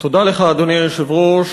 תודה, אדוני היושב-ראש.